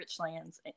Richlands